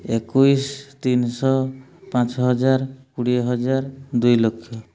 ଏକୋଇଶି ତିନିଶହ ପାଞ୍ଚ ହଜାର କୋଡ଼ିଏ ହଜାର ଦୁଇ ଲକ୍ଷ